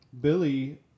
Billy